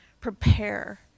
prepare